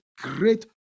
great